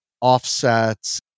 offsets